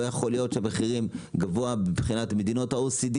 לא יכול להיות שהמחירים גבוהים ממדינות ה-OECD